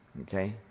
Okay